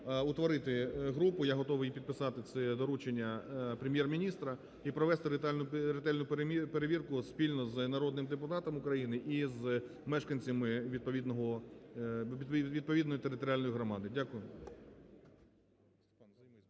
утворити групу. Я готовий підписати це доручення Прем'єр-міністра і провести ретельну перевірку спільно з народним депутатом України і з мешканцями відповідного… відповідної територіальної громади. Дякую.